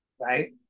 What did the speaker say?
right